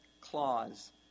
clause